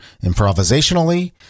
improvisationally